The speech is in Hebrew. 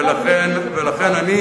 ולכן,